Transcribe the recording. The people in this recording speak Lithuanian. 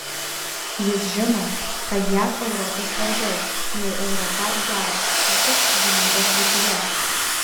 jis žino kad jav europai svarbiau nei europa jav ypač gynybos srityje